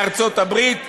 מארצות הברית,